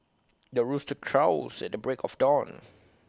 the rooster crows at the break of dawn